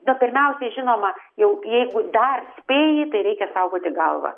na pirmiausiai žinoma jau jeigu dar spėji tai reikia saugoti galvą